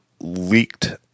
leaked